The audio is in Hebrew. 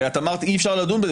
הרי אמרת שאי-אפשר לדון בזה.